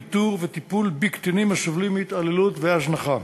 איתור וטיפול בקטינים הסובלים מהתעללות והזנחה.